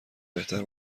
بهتر